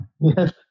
Yes